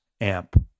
amp